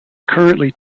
currently